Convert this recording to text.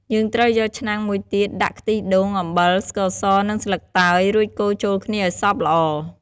យើងត្រូវយកឆ្នាំងមួយទៀត ដាក់ខ្ទិះដូង អំបិល ស្ករស និងស្លឹកតើយ រួចកូរចូលគ្នាឱ្យសព្វល្អ។